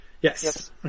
Yes